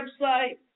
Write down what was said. website